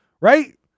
Right